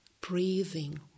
breathing